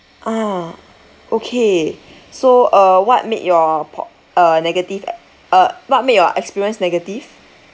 ah okay so uh what made your po~ uh negative e~ uh what made your experience negative